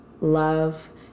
love